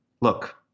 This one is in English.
look